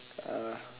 uh